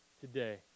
today